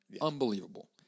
unbelievable